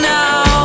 now